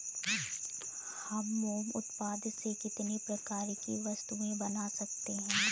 हम मोम उत्पाद से कितने प्रकार की वस्तुएं बना सकते हैं?